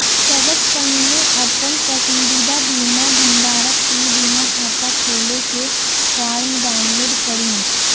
सबसं पहिने अपन पसंदीदा बीमा भंडारक ई बीमा खाता खोलै के फॉर्म डाउनलोड करू